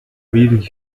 leading